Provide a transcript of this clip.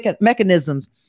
mechanisms